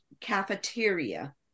cafeteria